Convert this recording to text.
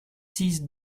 six